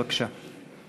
בבקשה.